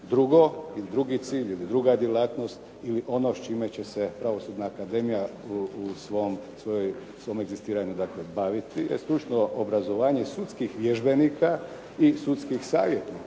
Drugi ili drugi cilj ili druga djelatnost ili ono s čime će se Pravosudna akademija u svom egzistiranju dakle baviti je stručno obrazovanje sudskih vježbenika i sudskih savjetnika,